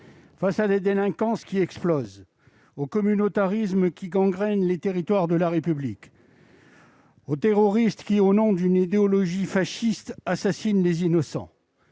Face à la délinquance qui explose, au communautarisme qui gangrène les territoires de la République, ... C'est reparti ...... aux terroristes qui, au nom d'une idéologie fasciste, assassinent des innocents,